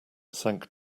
sank